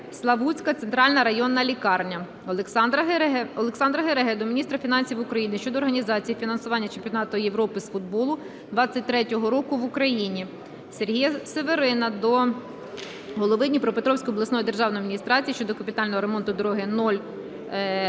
"Славутська Центральна районна лікарня". Олександра Гереги до міністра фінансів України щодо організації і фінансування Чемпіонату Європи з футболу 23-го року в Україні. Сергія Северина до голови Дніпропетровської обласної державної адміністрації щодо капітального ремонту дороги